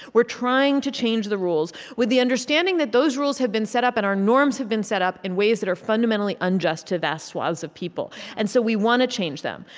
we're trying to change the rules with the understanding that those rules have been set up, and our norms have been set up, in ways that are fundamentally unjust to vast swaths of people. and so we want to change them.